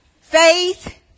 Faith